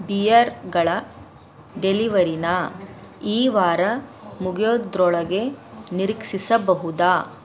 beer ಗಳ ಡೆಲಿವರಿನಾ ಈ ವಾರ ಮುಗಿಯೋದ್ರೊಳಗೆ ನಿರೀಕ್ಷಿಸಬಹುದಾ